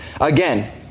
Again